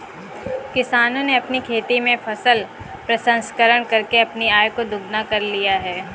किसानों ने अपनी खेती में फसल प्रसंस्करण करके अपनी आय को दुगना कर लिया है